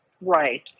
right